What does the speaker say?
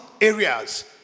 areas